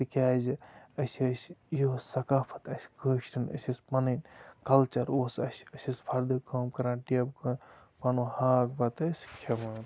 تِکیٛازِ أسۍ ٲسۍ یہِ اوس سَقافَت اَسہِ کٲشرٮ۪ن أسۍ ٲسۍ پَنٕنۍ کَلچَر اوس اَسہِ أسۍ ٲسۍ فَردٕ کٲم کَران ٹیبہٕ کٲ پَنُن ہاکھ بَتہٕ ٲسۍ کھٮ۪وان